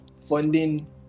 funding